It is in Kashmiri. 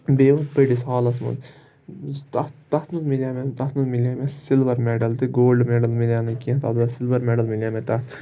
بیٚیہِ اوس بٔڑِس ہالَس منٛز تَتھ تَتھ منٛز مِلیٛو مےٚ تَتھ منٛز مِلیٛو مےٚ سِلوَر میڈَل تہٕ گولڈ مٮ۪ڈَل مِلیو نہٕ کینٛہہ تہٕ البتہٕ سِلوَر مٮ۪ڈَل مِلیو مےٚ تَتھ